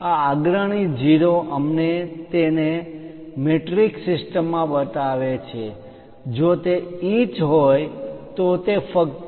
આ અગ્રણી 0 અમે તેને મેટ્રિક સિસ્ટમમાં બતાવીએ છીએ જો તે ઇંચ હોય તો તે ફક્ત